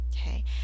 okay